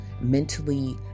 mentally